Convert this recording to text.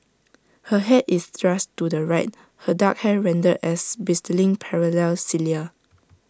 her Head is thrust to the right her dark hair rendered as bristling parallel cilia